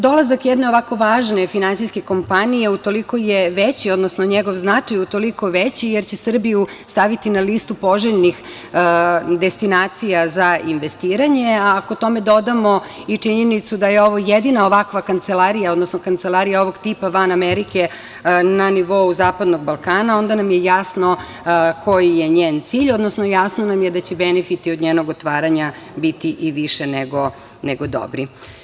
Dolazak jedne ovako važne finansijske kompanije utoliko je veći, odnosno njegov značaj utoliko veći jer će Srbiju staviti na listu poželjnih destinacija za investiranje, a ako tome dodamo i činjenicu da je ovo jedina ovakva kancelarija, odnosno kancelarija ovog tipa van Amerike na nivou Zapadnog Balkana, onda nam je jasno koji je njen cilj, odnosno jasno nam je da će benefiti od njenog otvaranja biti i više nego dobri.